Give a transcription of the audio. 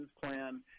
plan